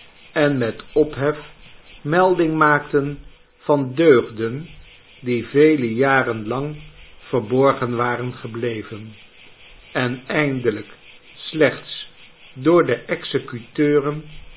en met ophef melding maakten van deugden die vele jaren lang verborgen waren gebleven en eindelijk slechts door de